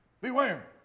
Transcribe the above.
Beware